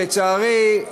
ולצערי,